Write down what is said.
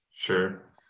Sure